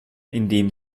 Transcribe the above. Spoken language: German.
indem